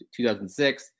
2006